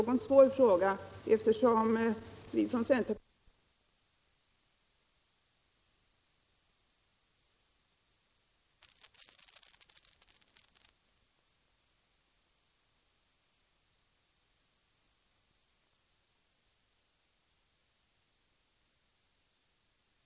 Jag tycker att vi skall ha samma system när det gäller KBT, fru Troedsson, just för att skapa rättvisa mellan pensionärer.